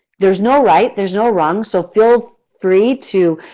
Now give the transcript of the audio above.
there's no right, there's no wrong, so feel free to